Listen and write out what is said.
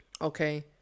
Okay